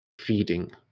feeding